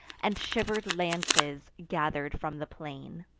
and shiver'd lances gather'd from the plain.